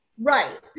Right